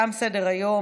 תם סדר-היום.